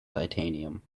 titanium